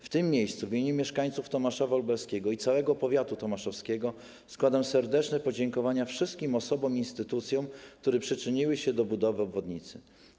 W tym miejscu w imieniu mieszkańców Tomaszowa Lubelskiego i całego powiatu tomaszowskiego składam serdeczne podziękowania wszystkim osobom i instytucjom, które przyczyniły się do budowy obwodnicy.